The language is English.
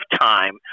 time